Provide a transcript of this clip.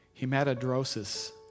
hematodrosis